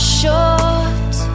short